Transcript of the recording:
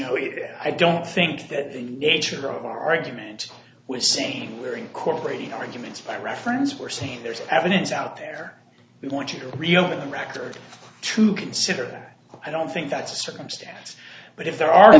if i don't think that the nature of our argument was saying we're incorporating arguments by reference or seen there's evidence out there we want you to reopen the record to consider that i don't think that's a circumstance but if there are